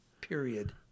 period